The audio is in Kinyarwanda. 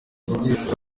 rwatubyaye